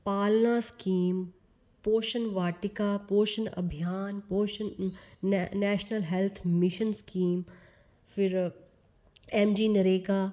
पालना स्कीम पोशन वाटिका पोशन अभियान पोशन नेशनल हैल्थ मिशन स्कीम फिर एम जी नरेगा